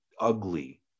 ugly